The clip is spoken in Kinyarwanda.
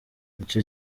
icyo